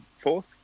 fourth